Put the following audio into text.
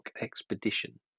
Expedition